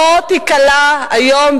שלא תיקלע היום,